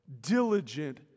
Diligent